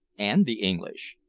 and the english.